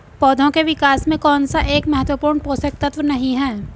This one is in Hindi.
पौधों के विकास में कौन सा एक महत्वपूर्ण पोषक तत्व नहीं है?